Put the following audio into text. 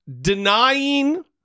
denying